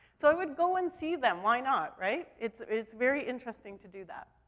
so i would go and see them. why not, right? it's, it's very interesting to do that.